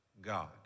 God